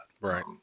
Right